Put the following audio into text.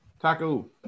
Taco